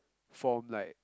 form like